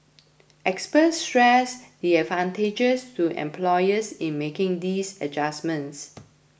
experts stressed the advantages to employers in making these adjustments